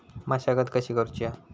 मशागत कशी करूची हा?